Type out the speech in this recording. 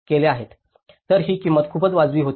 तर ही किंमत खूप वाजवी होती